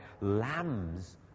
lambs